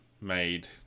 made